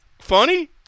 Funny